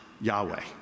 Yahweh